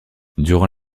durant